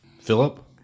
Philip